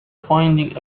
finding